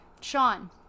Sean